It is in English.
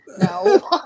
No